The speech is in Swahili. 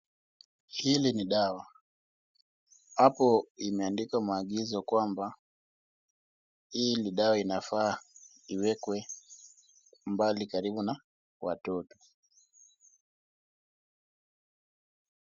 Hii ni dawa. Hapo imeandikwa maagizo kwamba hii ni dawa inafaa iwekwe mbali karibu na watoto.